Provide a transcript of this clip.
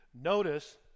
Notice